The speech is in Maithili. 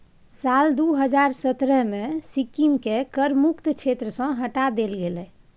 साल दू हजार सतरहे मे सिक्किमकेँ कर मुक्त क्षेत्र सँ हटा देल गेलै